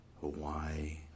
Hawaii